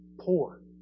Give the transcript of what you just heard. Poor